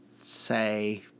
say